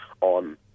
on